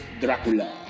Dracula